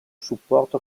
supporto